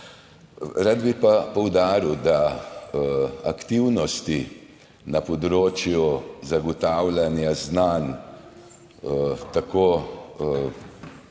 Rad bi pa poudaril, da aktivnosti na področju zagotavljanja znanj tako